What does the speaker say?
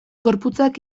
gorputzak